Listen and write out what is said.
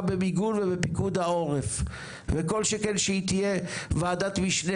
במיגון ובפיקוד העורף וכל שכן שהיא תהיה ועדת משנה